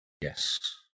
Yes